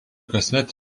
kasmet